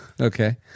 Okay